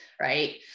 Right